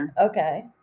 Okay